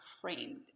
framed